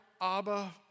Abba